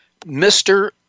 Mr